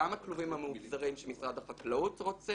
גם הכלובים המאובזרים שמשרד החקלאות רוצה